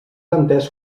entès